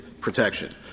protection